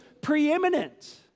preeminent